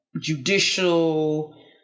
judicial